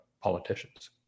politicians